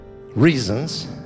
reasons